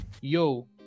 yo